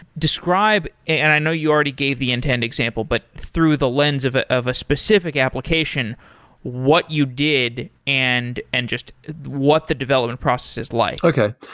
and i know you already gave the intend example, but through the lens of ah of a specific application what you did and and just what the development process is like okay.